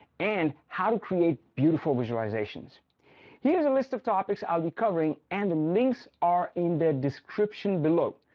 and how to create beautiful visualizations here is a list of topics i'll be covering and the links are in the description below,